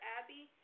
Abby